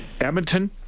Edmonton